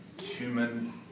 human